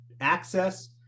access